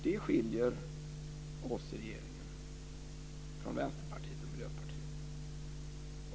Det skiljer oss i regeringen från Vänsterpartiet och Miljöpartiet.